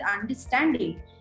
understanding